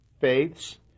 faiths